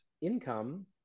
income